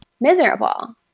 miserable